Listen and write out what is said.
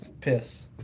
piss